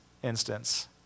instance